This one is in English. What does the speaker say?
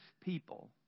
people